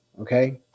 okay